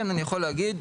כן אני יכול להגיד,